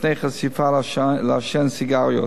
מפני חשיפה לעשן הסיגריות.